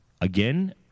Again